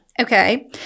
Okay